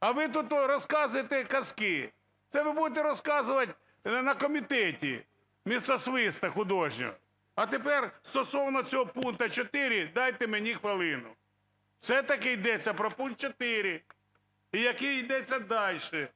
а ви тут розказуєте казки. Це ви будете розказувати на комітеті вместо свисту художнього. А тепер стосовно цього пункту 4 дайте мені хвилину. Все-таки йдеться про пункт 4, який йдеться дальше,